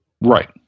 right